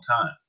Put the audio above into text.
time